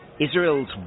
Israel's